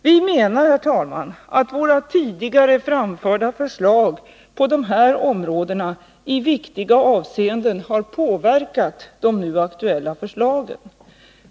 Vi menar, herr talman, att våra tidigare framförda förslag på dessa områden i viktiga avseenden har påverkat de nu aktuella förslagen.